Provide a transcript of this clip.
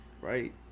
right